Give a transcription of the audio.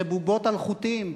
לבובות על חוטים,